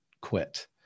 quit